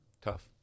Tough